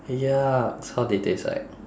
eh yucks how did it taste like